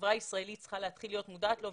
שהחברה הישראלית צריכה להתחיל להיות מודעת לו.